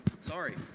sorry